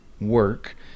work